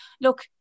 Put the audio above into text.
Look